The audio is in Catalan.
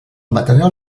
material